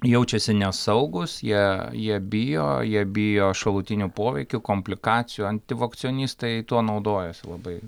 jaučiasi nesaugūs jie jie bijo jie bijo šalutinių poveikių komplikacijų antivakcionistai tuo naudojasi labai